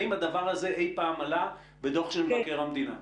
האם הדבר הזה אי פעם עלה בדוח של מבקר המדינה?